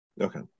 Okay